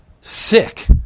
sick